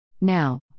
Now